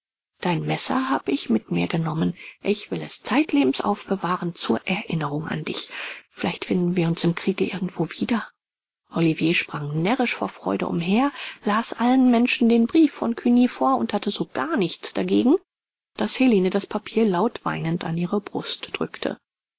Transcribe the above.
dein messer hab ich mit mir genommen ich will es zeitlebens aufbewahren zur erinnerung an dich vielleicht finden wir uns im kriege irgendwo wieder olivier sprang närrisch vor freude umher las allen menschen den brief von cugny vor und hatte sogar nichts dagegen daß helene das papier laut weinend an ihre brust drückte